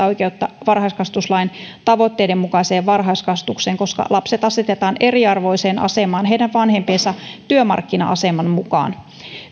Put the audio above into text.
oikeutta varhaiskasvatuslain tavoitteiden mukaiseen varhaiskasvatukseen koska lapset asetetaan eriarvoiseen asemaan heidän vanhempiensa työmarkkina aseman mukaan